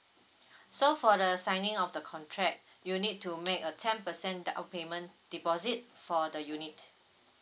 so for the signing of the contract you need to make a ten percent the outpayment deposit for the unit